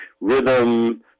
rhythm